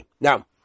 Now